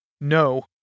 No